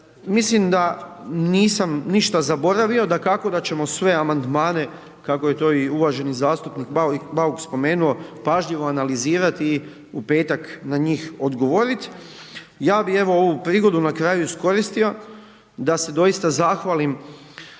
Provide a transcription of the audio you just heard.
Mislim da nisam ništa zaboravio, dakako da ćemo sve amandmane, kako je to i uvaženi zastupnik Bauk spomenuo, pažljivo analizirati i u petak na njih odgovorit. Ja bi, evo, ovu prigodu na kraju iskoristio da se doista zahvalim